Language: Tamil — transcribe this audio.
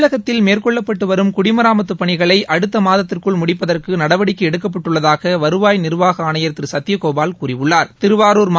தமிழகத்தில் மேற்கொள்ளப்பட்டு வரும் குடிமராமத்து பணிகளை அடுத்த மாதத்திற்குள் முடிப்பதற்கு நடவடிக்கை எடுக்கப்பட்டுள்ளதாக வருவாய் நிா்வாக ஆணையா் திரு சத்பகோபால் கூறியுள்ளாா்